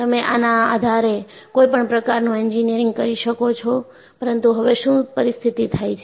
તમે આના આધારે કોઈપણ પ્રકારનું એન્જિનિયરિંગ કરી શકો છો પરંતુ હવે શું પરિસ્થિતિ થાય છે